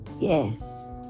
Yes